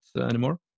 anymore